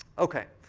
ok.